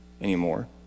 anymore